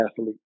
athlete